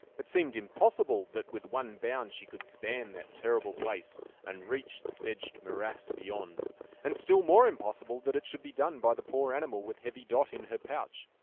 it seemed impossible that with one bound she could span that terrible place and reach the sedged morass beyond and still more impossible that it should be done by the poor animal with heavy dot in her pouch.